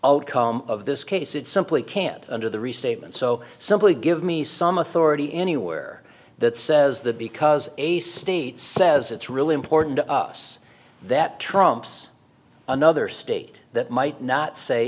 outcome of this case it simply can't under the restatement so simply give me some authority anywhere that says the because a state says it's really important to us that trumps another state that might not say